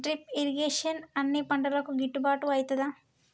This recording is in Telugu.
డ్రిప్ ఇరిగేషన్ అన్ని పంటలకు గిట్టుబాటు ఐతదా?